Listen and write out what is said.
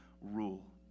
rule